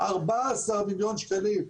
14 מיליון שקלים.